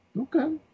Okay